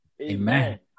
Amen